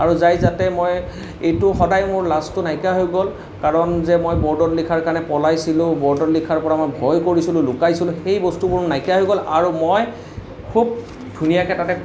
আৰু যায় তাতে মই এইটো সদায় মোৰ লাজটো নাইকিয়া হৈ গ'ল কাৰণ যে মই ব'ৰ্ডত লিখাৰ কাৰণে পলাইছিলোঁ ব'ৰ্ডত লিখাৰ পৰা মই ভয়ো কৰিছিলোঁ লুকাইছিলোঁ সেই বস্তুবোৰ নাইকিয়া হৈ গ'ল আৰু মই খুব ধুনীয়াকৈ তাতে